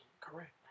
correct